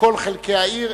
לכל חלקי העיר,